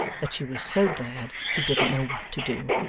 that she was so glad, she didn't know what to do